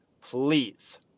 please